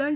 लं